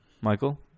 Michael